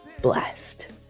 blessed